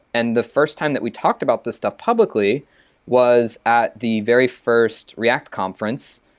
and the first time that we talked about this stuff publicly was at the very first react conference,